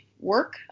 work